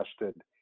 invested